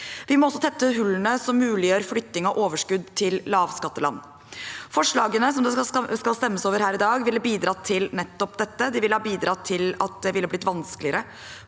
Vi må også tette hullene som muliggjør flytting av overskudd til lavskatteland. Forslagene det skal stemmes over her i dag, ville ha bidratt til nettopp dette. De ville ha bidratt til at det ble vanskeligere